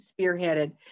spearheaded